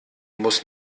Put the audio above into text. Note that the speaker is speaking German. muss